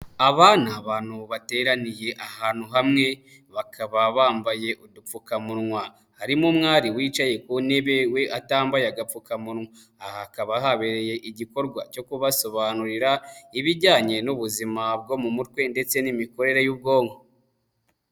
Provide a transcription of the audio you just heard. Aba ni abantu bateraniye ahantu hamwe. Bakaba bambaye udupfukamunwa. Harimo umwari wicaye ku ntebe we atambaye agapfukamunwa. Aha hakaba habereye igikorwa cyo kubasobanurira ibijyanye n'ubuzima bwo mu mutwe ndetse n'imikorere y'ubwonko.